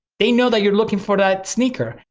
they know that you're looking for that sneaker.